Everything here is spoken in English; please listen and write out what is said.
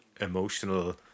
emotional